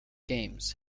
games